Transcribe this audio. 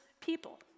people